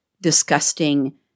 disgusting